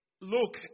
look